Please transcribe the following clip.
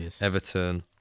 Everton